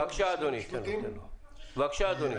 בבקשה, אדוני.